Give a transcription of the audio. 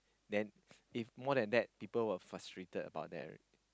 then if more than that people will be frustrated about that